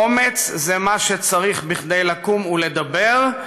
אומץ זה מה שצריך כדי לקום ולדבר,